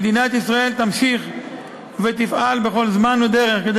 מדינת ישראל תמשיך ותפעל בכל זמן ודרך כדי